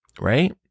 right